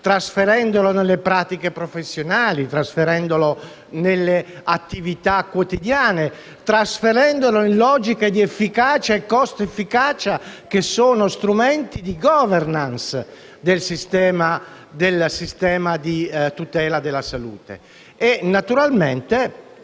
trasferendole nelle pratiche professionali, nelle attività quotidiane e nelle logiche di efficacia e costo-efficacia che sono strumenti di *governance* del sistema di tutela della salute. Naturalmente,